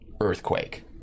earthquake